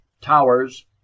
towers